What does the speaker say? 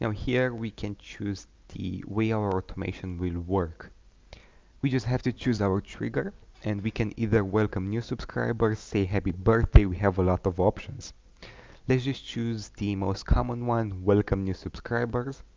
so here we can choose the way our automation will work we just have to choose our trigger and we can either welcome new subscribers say happy birthday we have a lot of options let's just choose the most common one welcome new subscribers